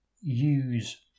use